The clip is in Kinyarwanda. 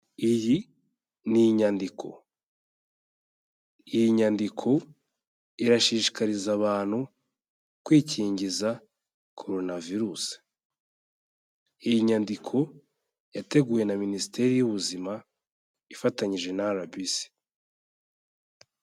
Iyi ni inyandiko. Iyi nyandiko irashishikariza abantu kwikingiza Korona virusi. Iyi nyandiko yateguwe na Minisiteri y'Ubuzima ifatanyije na RBC.